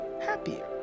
happier